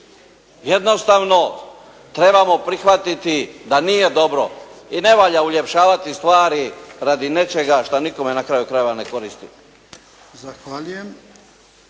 Jednostavno moramo prihvatiti da nije dobro. I ne valja uljepšavati stvari radi nečega što nikome na kraju krajeva ne koristi.